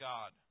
God